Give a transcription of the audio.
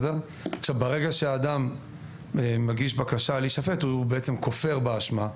ברגע שאדם מגיש בקשה להישפט, הוא בעצם כופר באשמה.